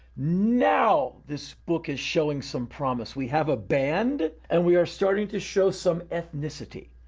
now, this book is showing some promise. we have a band, and we're starting to show some ethnicity.